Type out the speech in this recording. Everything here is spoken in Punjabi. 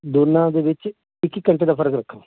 ਦੋਨਾਂ ਦੇ ਵਿੱਚ ਇੱਕ ਇੱਕ ਘੰਟੇ ਦਾ ਫ਼ਰਕ ਰੱਖਾਂ